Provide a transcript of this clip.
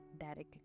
directly